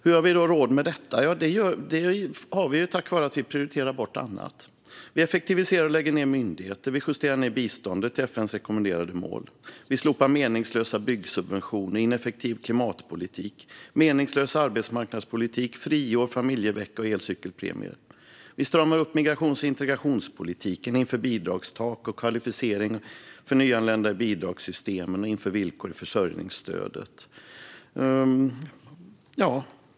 Hur har vi råd med detta? Jo, tack vare att vi prioriterar bort annat. Vi effektiviserar och lägger ned myndigheter. Vi justerar ned biståndet till FN:s rekommenderade mål. Vi slopar meningslösa byggsubventioner, ineffektiv klimatpolitik, meningslös arbetsmarknadspolitik, friår, familjevecka och elcykelpremier. Vi stramar upp migrations och integrationspolitiken och inför bidragstak, kvalificering för nyanlända i bidragssystemen och villkor i försörjningsstödet.